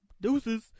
deuces